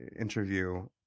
interview